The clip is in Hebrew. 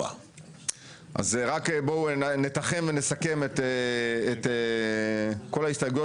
64. אז רק נתחם ונסכם את כל ההסתייגויות